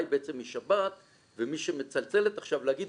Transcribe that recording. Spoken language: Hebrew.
היא בעצם משבת ומי שמצלצלת עכשיו להגיד,